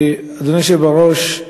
אדוני היושב בראש,